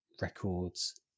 records